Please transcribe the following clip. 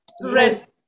Rest